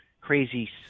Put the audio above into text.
crazy